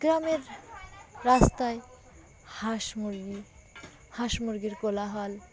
গ্রামের রাস্তায় হাঁস মুরগি হাঁস মুরগির কোলাহল